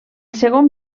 segon